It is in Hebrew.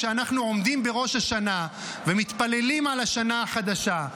כשאנחנו עומדים בראש השנה ומתפללים על השנה החדשה,